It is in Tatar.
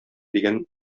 дигән